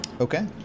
okay